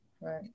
Right